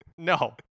No